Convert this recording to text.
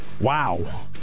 Wow